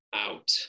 out